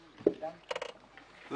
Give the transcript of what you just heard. עמי, עזוב.